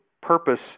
purpose –